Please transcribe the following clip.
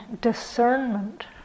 discernment